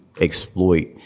exploit